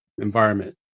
environment